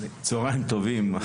צוהריים טובים.